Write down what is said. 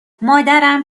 مادرم